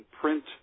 print